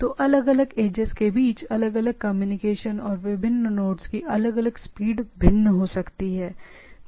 तो अलग अलग एजिस के बीच अलग अलग कम्युनिकेशन और विभिन्न नोड्स की अलग अलग स्पीड भिन्न हो सकती है